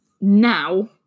now